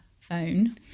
phone